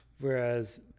whereas